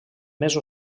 més